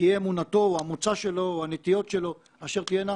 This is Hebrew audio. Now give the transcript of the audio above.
ותהיה אמונתו או מוצאו או נטיותיו אשר יהיו,